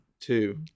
Two